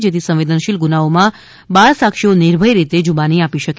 જેથી સંવેદનશીલ ગુનાઓમાં બાળસાક્ષીઓ નિર્ભય રીતે જુબાની આપી શકે